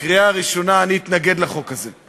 בקריאה הראשונה אני אתנגד לחוק הזה.